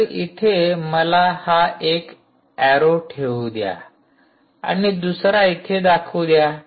तर इथे मला हा एक एरो ठेवू द्या आणि दुसरा इथे दाखवू द्या